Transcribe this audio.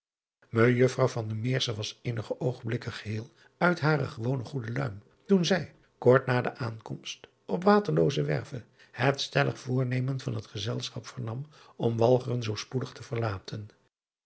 ejuffrouw was eenige oogenblikken geheel uit hare gewone goede luim toen zij kort na de aankomst op aterloozewerve het stellig voornemen van het gezelschap vernam om alcheren zoo spoedig te verlaten